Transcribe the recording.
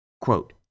Quote